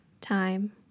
time